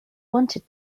wanted